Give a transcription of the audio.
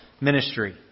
ministry